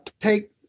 take